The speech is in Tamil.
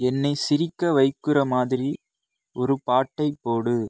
என்னை சிரிக்க வைக்கிற மாதிரி ஒரு பாட்டைப் போடு